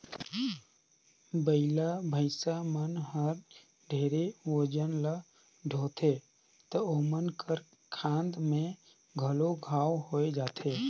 बइला, भइसा मन हर ढेरे ओजन ल डोहथें त ओमन कर खांध में घलो घांव होये जाथे